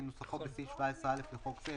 כנוסחו בסעיף 17א לחוק זה,